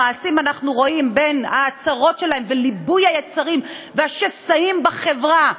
במעשים אנחנו רואים בין ההצהרות שלהם וליבוי היצרים והשסעים בחברה,